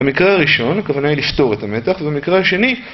במקרה הראשון, הכוונה היא לסתור את המתח, ובמקרה השני...